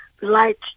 light